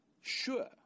Sure